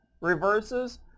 reverses